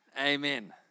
Amen